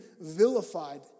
vilified